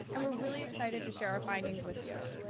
and we're really excited to share our findings with you.